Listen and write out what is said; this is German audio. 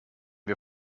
wir